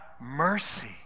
mercy